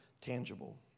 tangible